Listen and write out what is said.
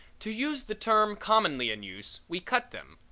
to use the term commonly in use, we cut them,